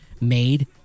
made